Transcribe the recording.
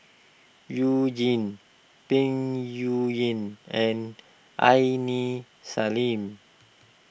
You Jin Peng Yuyun and Aini Salim